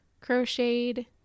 crocheted